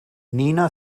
nina